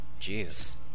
jeez